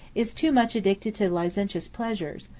is too much addicted to licentious pleasures,